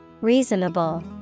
Reasonable